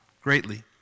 greatly